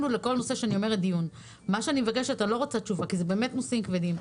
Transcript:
אני לא רוצה תשובה כי אלו באמת נושאים כבדים.